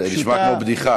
זה נשמע כמו בדיחה.